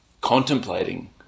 contemplating